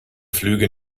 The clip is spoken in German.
flüge